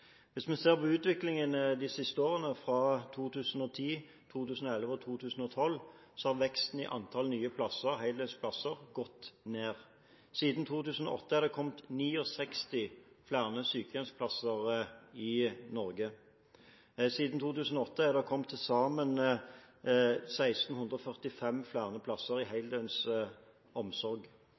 Hvis vi ser på utviklingen de siste årene – i 2010, 2011 og 2012 – ser vi at veksten i antall nye heldøgnsplasser har gått ned. Siden 2008 har det kommet 69 flere sykehjemsplasser i Norge. Siden 2008 har det kommet til sammen 1 645 flere plasser i